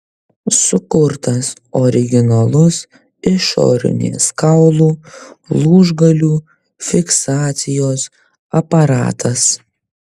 sukurtas originalus išorinės kaulų lūžgalių fiksacijos aparatas